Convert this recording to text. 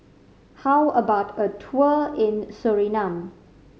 how about a tour in Suriname